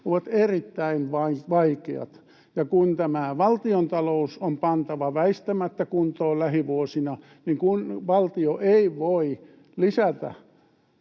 ovat erittäin vaikeat. Kun valtiontalous on pantava väistämättä kuntoon lähivuosina, niin valtio ei voi lisätä